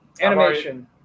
animation